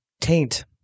taint